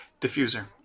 diffuser